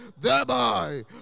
thereby